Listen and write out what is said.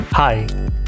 Hi